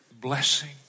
Blessing